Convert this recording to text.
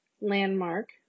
landmark